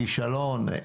כישלון.